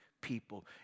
people